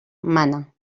mana